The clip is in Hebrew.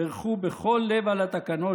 בירכו בכל לב על התקנות,